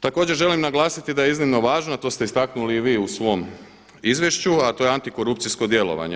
Također želim naglasiti da je iznimno važno, a to ste istaknuli vi u svom izvješću, a to je antikorupcijsko djelovanje.